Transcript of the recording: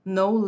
no